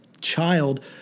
child